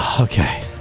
Okay